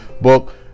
Book